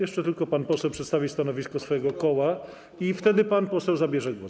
Jeszcze tylko pan poseł przedstawi stanowisko swojego koła i wtedy pan poseł zabierze głos.